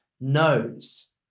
knows